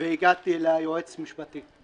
והגעתי ליועץ המשפטי.